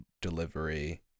delivery